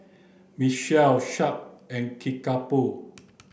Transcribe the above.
Michelin Sharp and Kickapoo